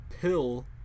pill